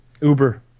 Uber